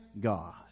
God